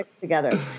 together